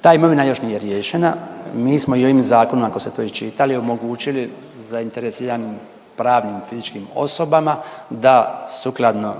Ta imovina još nije riješena. Mi smo i ovim zakonom ako ste to iščitali omogućili zainteresiranim pravnim, fizičkim osobama da sukladno